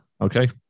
Okay